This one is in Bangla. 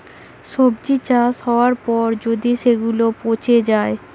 সবজি চাষ হবার পর যদি সেগুলা পচে যায়